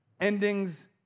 endings